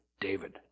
David